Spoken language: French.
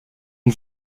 une